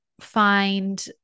find